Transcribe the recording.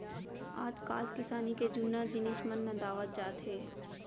आजकाल किसानी के जुन्ना जिनिस मन नंदावत जात हें